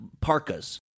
parkas